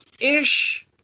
Ish